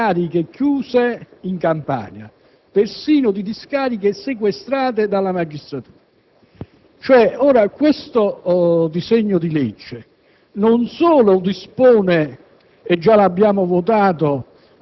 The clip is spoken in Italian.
Presidente, vorrei richiamare l’attenzione dei colleghi sul fatto che con l’articolo 2, in realta, stiamo disponendo la riapertura selvaggia